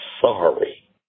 sorry